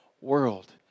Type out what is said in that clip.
world